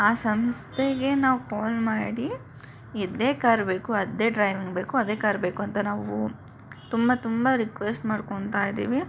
ಆ ಸಂಸ್ಥೆಗೆ ನಾವು ಕಾಲ್ ಮಾಡಿ ಇದೇ ಕಾರ್ ಬೇಕು ಅದೇ ಡ್ರೈವರ್ ಬೇಕು ಅದೇ ಕಾರ್ ಬೇಕು ಅಂತ ನಾವು ತುಂಬ ತುಂಬ ರಿಕ್ವೆಸ್ಟ್ ಮಾಡ್ಕೊತಾ ಇದ್ದೀವಿ